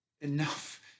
enough